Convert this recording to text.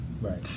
right